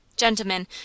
Gentlemen